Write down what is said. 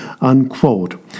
unquote